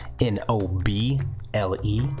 N-O-B-L-E